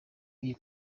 iyi